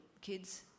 kids